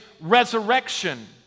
resurrection